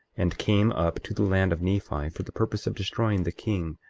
and came up to the land of nephi for the purpose of destroying the king,